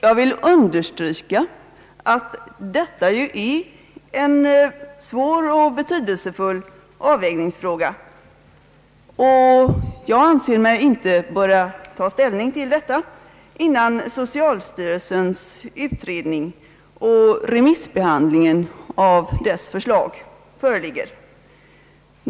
Jag vill understryka att detta är en svår och betydelsefull avvägningsfråga, och jag anser mig inte böra ta ställning till detta innan socialstyrelsens utredning föreligger och socialstyrelsens förslag har remissbehandlats.